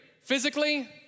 physically